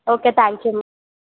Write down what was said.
okay thank you